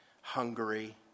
Hungary